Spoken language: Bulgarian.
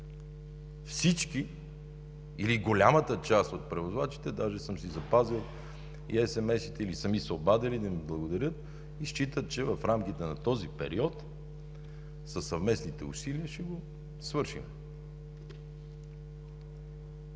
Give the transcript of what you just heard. всички, или голямата част от превозвачите, даже съм си запазил и SMS-ите, или са ми се обадили да ми благодарят и считат, че в рамките на този период със съвместните усилия ще го свършим.